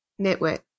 Nitwit